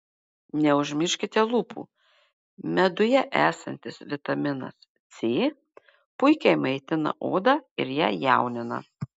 neužmirškite lūpų meduje esantis vitaminas c puikiai maitina odą ir ją jaunina